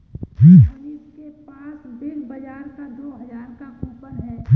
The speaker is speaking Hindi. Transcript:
मोहनीश के पास बिग बाजार का दो हजार का कूपन है